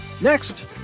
Next